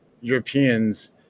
Europeans